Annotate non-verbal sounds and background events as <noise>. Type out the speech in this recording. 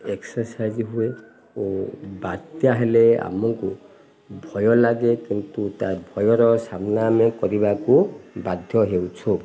exercise ହୁଏ ଓ ବାତ୍ୟା ହେଲେ ଆମକୁ ଭୟ ଲାଗେ କିନ୍ତୁ <unintelligible> ଭୟର ସାମ୍ନା ଆମେ କରିବାକୁ ବାଧ୍ୟ ହେଉଛୁ